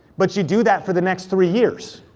but you do that for the next three years.